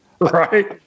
Right